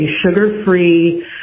sugar-free